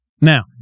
Now